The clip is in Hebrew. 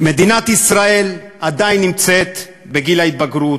מדינת ישראל עדיין נמצאת בגיל ההתבגרות,